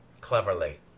cleverly